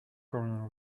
corner